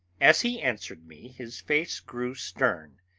as he answered me his face grew stern,